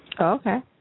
Okay